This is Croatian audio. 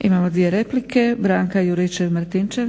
Imamo dvije replike, Branka Juričev-Martinčev. **Juričev-Martinčev,